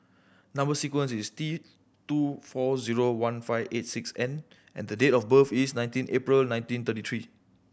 number sequence is T two four zero one five eight six N and the date of birth is nineteen April nineteen thirty three